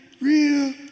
real